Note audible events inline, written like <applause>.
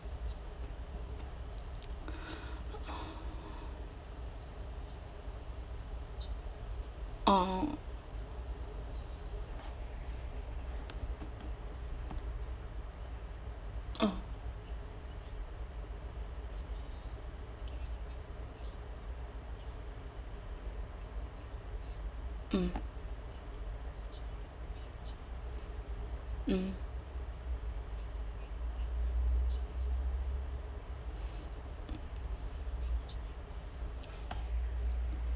<breath> oh oh mm mm mm